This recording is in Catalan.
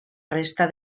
resta